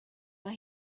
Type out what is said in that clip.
mae